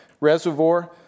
Reservoir